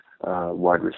wide